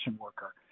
worker